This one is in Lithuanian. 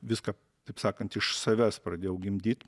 viską taip sakant iš savęs pradėjau gimdyt